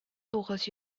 тугыз